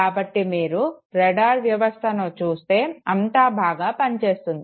కాబట్టి మీరు రాడార్ వ్యవస్థను చూస్తే అంతా బాగా పని చేస్తుంది